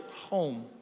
Home